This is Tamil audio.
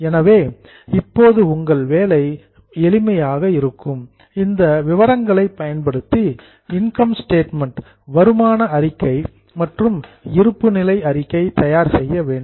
எனவே இப்போது உங்கள் வேலை எளிமையாக இருக்கும் இந்த விவரங்களை பயன்படுத்தி இன்கம் ஸ்டேட்மெண்ட் வருமான அறிக்கை மற்றும் இருப்பு நிலை அறிக்கை தயார் செய்ய வேண்டும்